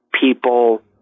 people